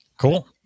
cool